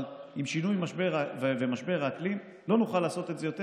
אבל עם משבר האקלים לא נוכל לעשות את זה יותר.